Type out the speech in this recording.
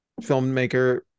filmmaker